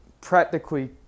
practically